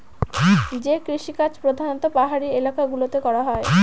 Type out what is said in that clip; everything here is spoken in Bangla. যে কৃষিকাজ প্রধানত পাহাড়ি এলাকা গুলোতে করা হয়